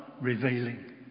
revealing